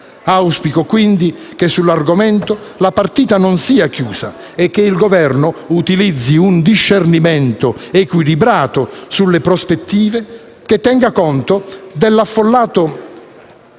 Auspico quindi che sull'argomento la partita non sia chiusa e il Governo utilizzi un discernimento equilibrato sulle prospettive che tenga conto dell'afflato